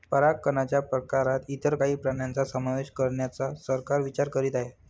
परागकणच्या प्रकारात इतर काही प्राण्यांचा समावेश करण्याचा सरकार विचार करीत आहे